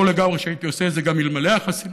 ברור לגמרי שהייתי עושה את זה גם אלמלא החסינות.